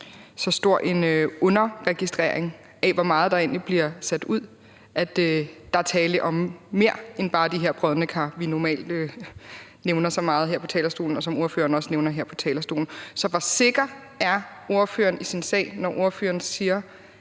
så stor en underregistrering af, hvor meget der egentlig bliver sat ud, at der er tale om mere end bare de her brodne kar, vi normalt nævner så meget her fra talerstolen, og som ordføreren også nævner her fra talerstolen. Så hvor sikker er ordføreren i sin sag, når ordføreren siger,